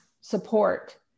support